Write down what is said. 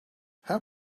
how